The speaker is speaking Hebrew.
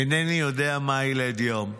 אינני יודע מה ילד יום,